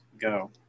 go